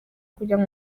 kugira